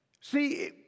See